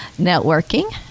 networking